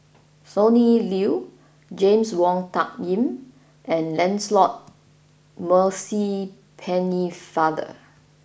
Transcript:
Sonny Liew James Wong Tuck Yim and Lancelot Maurice Pennefather